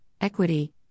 equity